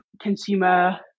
consumer